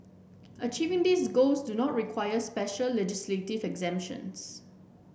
achieving these goals do not require special legislative exemptions